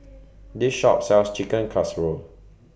This Shop sells Chicken Casserole